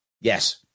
Yes